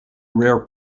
rare